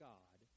God